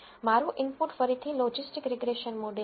મારું ઇનપુટ ફરીથી logistic regression model છે